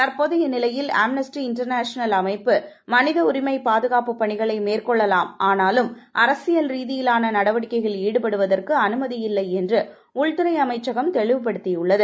தற்போதைய நிலையில் Amnesty International அமைப்பு மனித உரிமை பாதுகாப்பு பணிகளை மேற்கொள்ளலாம் ஆனாலும் அரசியல் ரீதியிலான நடவடிக்கைகளில் ஈடுபடுவதற்கு அனுமதியில்லை என்று உள்துறை அமைச்சகம் தெளிவுபடுத்தியுள்ளது